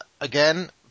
again